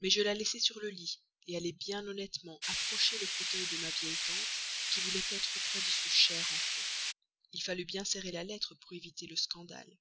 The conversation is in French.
mais je la laissai sur le lit allai bien honnêtement approcher le fauteuil de ma vieille tante qui voulait être auprès de son cher enfant il fallut bien serrer la lettre pour éviter le scandale